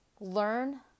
learn